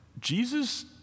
Jesus